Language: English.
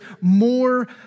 more